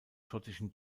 schottischen